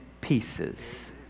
pieces